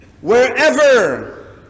wherever